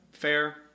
Fair